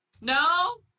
No